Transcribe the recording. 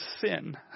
sin